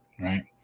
right